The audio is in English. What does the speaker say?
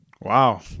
Wow